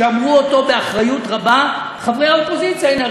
ואמרו אותו באחריות רבה חברי האופוזיציה הנה,